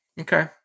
Okay